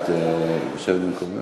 את יושבת במקומך?